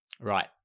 Right